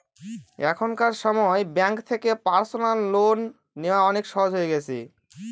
এখনকার সময় ব্যাঙ্ক থেকে পার্সোনাল লোন নেওয়া অনেক সহজ হয়ে গেছে